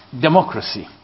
democracy